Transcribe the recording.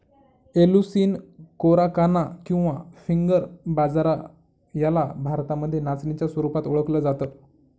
Eleusine coracana किंवा finger बाजरा याला भारतामध्ये नाचणीच्या स्वरूपात ओळखल जात